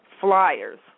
flyers